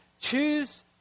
choose